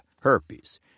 herpes